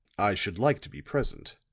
i should like to be present.